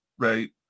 right